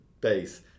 base